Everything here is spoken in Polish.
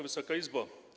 Wysoka Izbo!